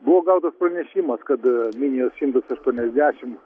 buvo gautas pranešimas kad minijos šimtas aštuoniasdešim